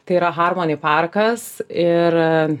tai yra harmoni parkas ir